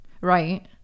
right